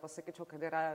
pasakyčiau kad yra